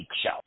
show